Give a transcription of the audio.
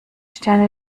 sterne